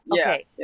Okay